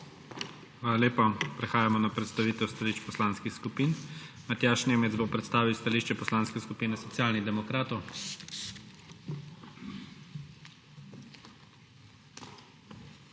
lepa. Prehajamo na predstavitev stališč poslanskih skupin. Matjaž Nemec bo predstavil stališče Poslanske skupine Socialnih demokratov.